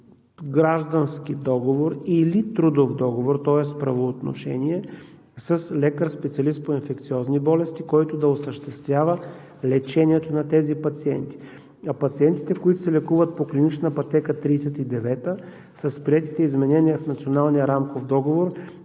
граждански договор или трудов договор, тоест правоотношение с лекар специалист по инфекциозни болести, който да осъществява лечението на тези пациенти. А пациентите, които се лекуват по клинична пътека 39, с приетите изменения в Националния рамков договор,